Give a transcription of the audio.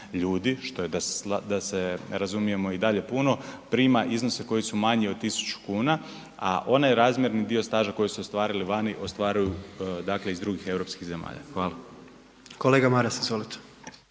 ljudi, što je da se razumijemo i dalje puno, prima iznose koji su manji od tisuću kuna, a onaj razmjerni dio staža koji su ostvarili vani ostvaruju iz drugih europskih zemalja. Hvala. **Jandroković,